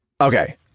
Okay